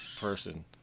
person